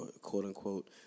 quote-unquote